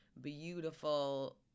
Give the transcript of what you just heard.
beautiful